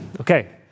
Okay